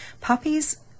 puppies